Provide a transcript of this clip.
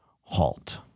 halt